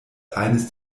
eines